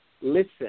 listen